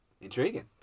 Intriguing